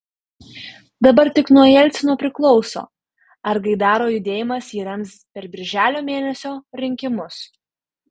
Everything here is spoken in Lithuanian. dabar tik nuo jelcino priklauso ar gaidaro judėjimas jį rems per birželio mėnesio rinkimus